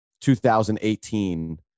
2018